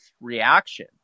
reaction